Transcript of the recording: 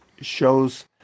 shows